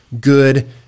good